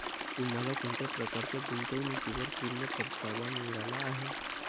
तुम्हाला कोणत्या प्रकारच्या गुंतवणुकीवर पूर्ण परतावा मिळाला आहे